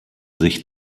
sich